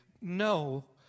No